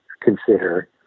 consider